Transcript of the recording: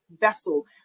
vessel